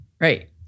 Right